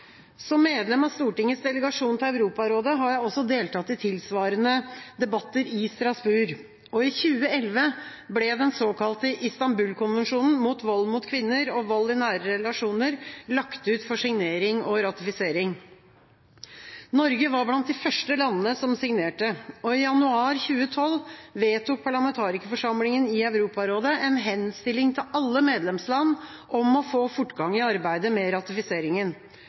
Som medlem av Stortingets delegasjon til Europarådet har jeg også deltatt i tilsvarende debatter i Strasbourg. I 2011 ble den såkalte Istanbul-konvensjonen mot vold mot kvinner og vold i nære relasjoner lagt ut for signering og ratifisering. Norge var blant de første landene som signerte. I januar 2012 vedtok parlamentarikerforsamlinga i Europarådet en henstilling til alle medlemsland om å få fortgang i arbeidet med